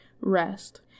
rest